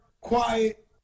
quiet